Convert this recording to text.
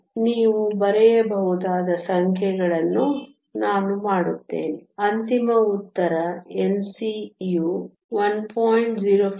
ಹಾಗಾಗಿ ನೀವು ಬರೆಯಬಹುದಾದ ಸಂಖ್ಯೆಗಳನ್ನು ನಾನು ಮಾಡುತ್ತೇನೆ ಅಂತಿಮ ಉತ್ತರ Nc is 1